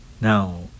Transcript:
Now